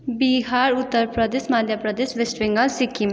Bihar Uttar Pradesh Madhya Pradesh West Bengal Sikkim